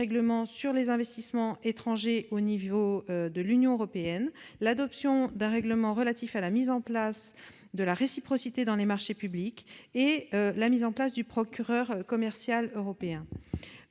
règlement sur les investissements étrangers au niveau de l'Union européenne, à l'adoption d'un règlement relatif à la mise en place de la réciprocité dans les marchés publics et à l'instauration du procureur commercial européen.